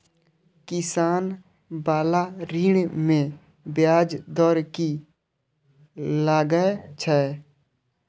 किसान बाला ऋण में ब्याज दर कि लागै छै?